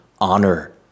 honor